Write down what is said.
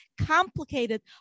complicated